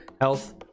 Health